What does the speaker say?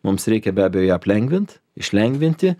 mums reikia be abejo ją aplengvint išlengvinti